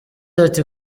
ati